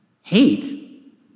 Hate